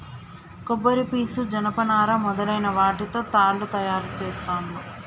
కొబ్బరి పీసు జనప నారా మొదలైన వాటితో తాళ్లు తయారు చేస్తాండ్లు